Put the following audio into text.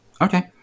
Okay